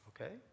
Okay